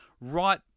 right